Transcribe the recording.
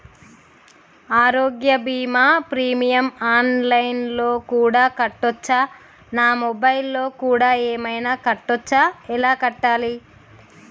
ఆరోగ్య బీమా premium online లో కూడా కట్టచ్చా? నా మొబైల్లో కూడా ఏమైనా కట్టొచ్చా? ఎలా కట్టాలి?